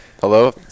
Hello